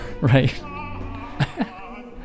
right